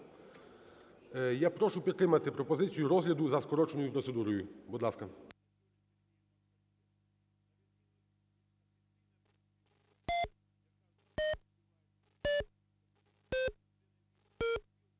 Я прошу підтримати пропозицію розгляду за скороченою процедурою, будь ласка.